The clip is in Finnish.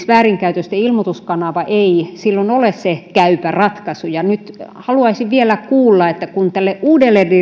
väärinkäytösten ilmoituskanava ei silloin ole se käypä ratkaisu ja nyt haluaisin vielä kuulla kun tälle uudelle